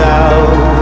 out